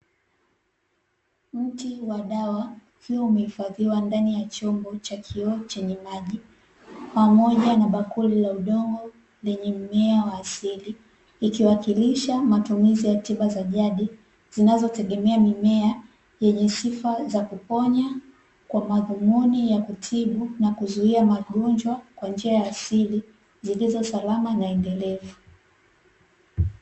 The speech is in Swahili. Mti wa dawa ukiwa umehifadhiwa ndani ya chombo cha kioo chenye maji pamoja na bakuli la udongo lenye mmea wa asili, likiwakilisha matumizi ya tiba za jadi zinazotegemea mimea yenye sifa za kuponya, kwa madhumuni ya kutibu na kuzuia magonjwa kwa njia ya asili zilizo salama na endelevu.